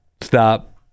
stop